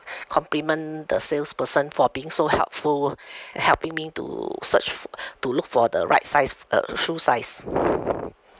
compliment the salesperson for being so helpful helping me to search f~ to look for the right size uh shoe size